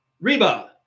Reba